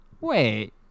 wait